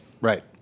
Right